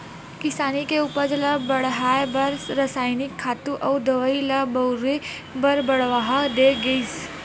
किसानी के उपज ल बड़हाए बर रसायनिक खातू अउ दवई ल बउरे बर बड़हावा दे गिस